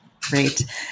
Great